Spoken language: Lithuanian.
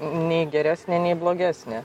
nei geresnė nei blogesnė